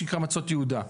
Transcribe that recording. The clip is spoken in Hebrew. שנקרא מצות יהודה.